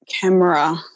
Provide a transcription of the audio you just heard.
camera